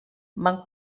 van